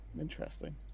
Interesting